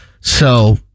So-